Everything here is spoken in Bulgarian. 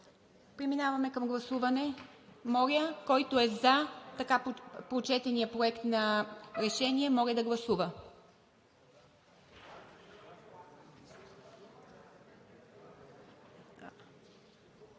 Преминаваме към гласуване. Моля, който е за така прочетения проект на решение, да гласува.